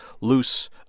loose